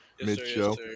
mid-show